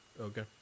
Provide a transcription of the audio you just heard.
Okay